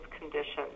conditions